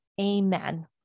Amen